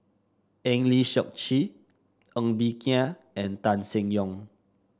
Eng Lee Seok Chee Ng Bee Kia and Tan Seng Yong